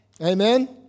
Amen